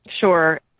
sure